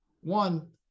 One